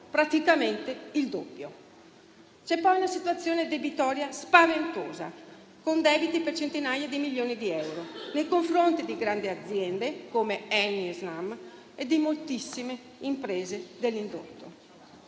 praticamente il doppio. C'è poi una situazione debitoria spaventosa, con debiti per centinaia di milioni di euro nei confronti di grandi aziende, come ENI e Snam, e di moltissime imprese dell'indotto.